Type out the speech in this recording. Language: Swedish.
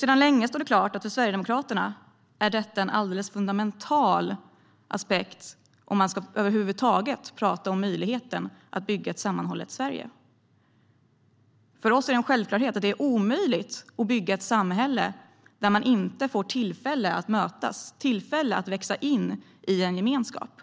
Sedan länge står det klart att för Sverigedemokraterna är detta en alldeles fundamental aspekt om man över huvud taget ska prata om möjligheten att bygga ett sammanhållet Sverige. För oss är det en självklarhet att det är omöjligt att bygga ett samhälle där man inte får tillfälle att mötas och växa in i en gemenskap.